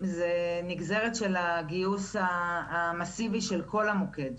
זה נגזרת של הגיוס המאסיבי של כל המוקד.